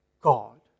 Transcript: God